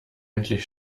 endlich